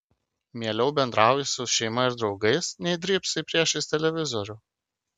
mieliau bendrauji su šeima ir draugais nei drybsai priešais televizorių